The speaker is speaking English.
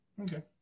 Okay